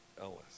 Ellis